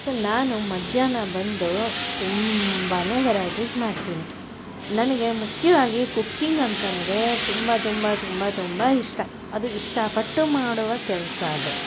so ನಾನು ಮಧ್ಯಾಹ್ನ ಬಂದು ತುಂಬನೇ ವೈರೈಟೀಸ್ ಮಾಡ್ತೀನಿ ನನಗೆ ಮುಖ್ಯವಾಗಿ ಕುಕಿಂಗ್ ಅಂತಂದರೆ ತುಂಬ ತುಂಬ ತುಂಬ ತುಂಬ ಇಷ್ಟ ಅದು ಇಷ್ಟಪಟ್ಟು ಮಾಡುವ ಕೆಲಸ ಅದು